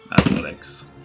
Athletics